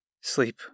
Sleep